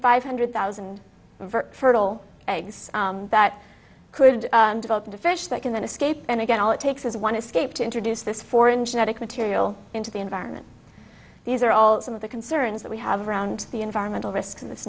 five hundred thousand fertile eggs that could develop into fish that can then escape and again all it takes is one escape to introduce this foreign genetic material into the environment these are all some of the concerns that we have around the environmental risks of this